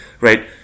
right